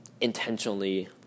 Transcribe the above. intentionally